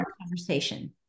conversation